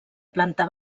planta